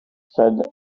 said